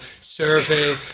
survey